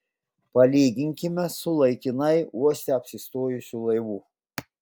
palyginkime su laikinai uoste apsistojusiu laivu